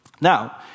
Now